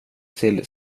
till